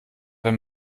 wenn